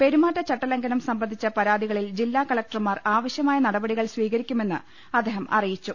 പെരുമാറ്റച്ചട്ടലംഘനം സംബന്ധിച്ച പരാതികളിൽ ജില്ലാ കലക്ടർമാർ ആവശ്യമായ നടപടികൾ സ്വീകരിക്കുമെന്ന് അദ്ദേഹം അറിയിച്ചു